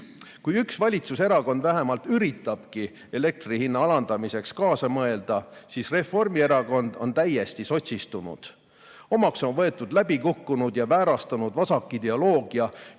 Kui üks valitsuserakond vähemalt üritabki elektri hinna alandamiseks kaasa mõelda, siis Reformierakond on täiesti sotsistunud. Omaks on võetud läbi kukkunud ja väärastunud vasakideoloogia,